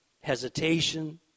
hesitation